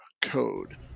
code